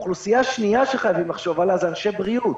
אוכלוסייה שנייה שחייבים לחשוב עליה היא אנשי בריאות: